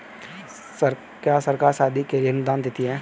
क्या सरकार शादी के लिए अनुदान देती है?